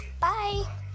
Bye